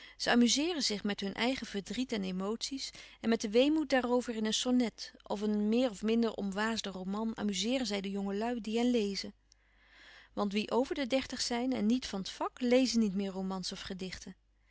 amuzeeren zich met hun eigen verdriet en emoties en met den weemoed daarover in een sonnet of een meer of minder omwaasden roman amuzeeren zij de jongenlui die hen lezen want wie over de dertig zijn en niet van het vak lezen niet meer romans of gedichten